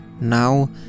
now